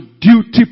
duty